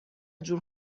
جور